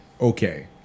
okay